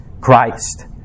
Christ